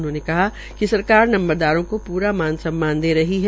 उन्होंने कहा कि सरकार नंबरदारों को पूरा मान सम्मान दे रही है